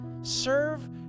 Serve